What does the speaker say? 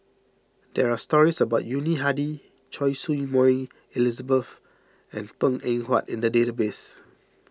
there are stories about Yuni Hadi Choy Su Moi Elizabeth and Png Eng Huat in the database